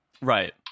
Right